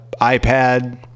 ipad